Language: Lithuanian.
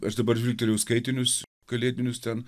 aš dabar žvilgtelėjau į skaitinius kalėdinius ten